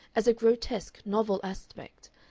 as a grotesque, novel aspect,